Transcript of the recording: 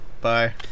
Bye